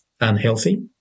unhealthy